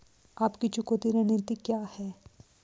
आपकी चुकौती रणनीति क्या है?